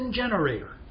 generator